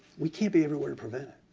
we can't be everywhere to prevent it.